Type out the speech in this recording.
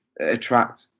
attract